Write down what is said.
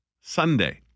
Sunday